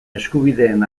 eskubideen